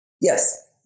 Yes